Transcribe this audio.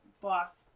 boss